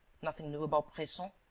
nothing new about bresson?